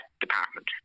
department